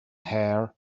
hair